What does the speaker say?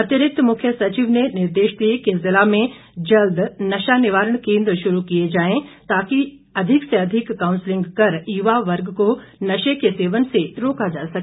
अतिरिक्त मुख्य सचिव ने निर्देश दिए कि जिला में जल्द नशा निवारण केंद्र शुरू किया जाए ताकि लोगों की अधिक से अधिक काऊंसलिंग कर युवा वर्ग को नशे के सेवन से रोका जा सके